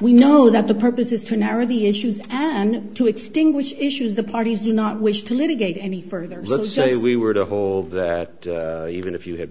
we know that the purpose is to narrow the issues and to extinguish issues the parties do not wish to litigate any further let's say we were to hold that even if you had